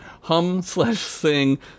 hum-slash-sing